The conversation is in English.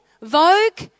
Vogue